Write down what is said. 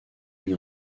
mis